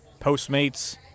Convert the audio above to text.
Postmates